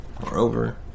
Moreover